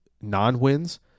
non-wins